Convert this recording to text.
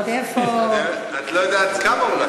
את לא יודעת כמה הוא לקח.